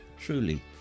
Truly